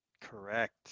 Correct